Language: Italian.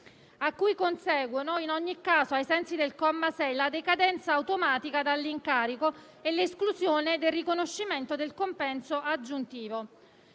a cui conseguono in ogni caso, ai sensi del comma 6, la decadenza automatica dall'incarico e l'esclusione del riconoscimento del compenso aggiuntivo.